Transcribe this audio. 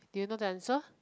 do you know the answer